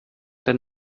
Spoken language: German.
denn